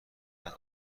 بعد